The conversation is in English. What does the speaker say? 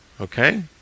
Okay